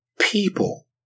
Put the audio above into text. people